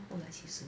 她后来其实